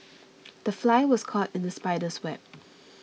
the fly was caught in the spider's web